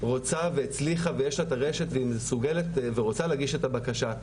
רוצה והצליחה ויש לה את הרשת והיא מסוגלת ורוצה להגיש את הבקשה,